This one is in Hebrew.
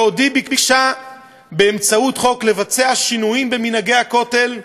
בעוד היא ביקשה באמצעות חוק לבצע שינויים במנהגי הכותל,